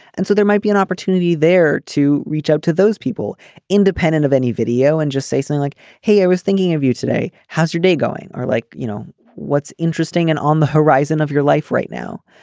and so there might be an opportunity there to reach out to those people independent of any video and just say something like hey i was thinking of you today. how's your day going. or like you know what's interesting and on the horizon of your life right now.